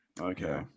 okay